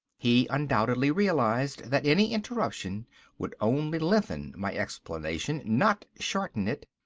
he undoubtedly realized that any interruption would only lengthen my explanation, not shorten it.